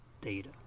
data